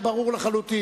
זה היה ברור לחלוטין.